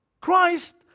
Christ